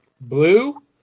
Blue